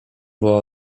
była